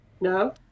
No